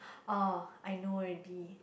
oh I know already